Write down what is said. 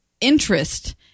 interest